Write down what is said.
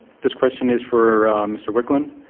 this question is for mr. wicklund.